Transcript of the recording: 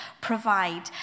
provide